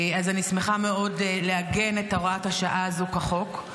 אז אני שמחה מאוד לעגן את הוראת השעה הזו כחוק.